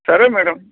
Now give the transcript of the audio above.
సరే మేడం